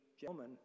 gentlemen